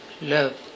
love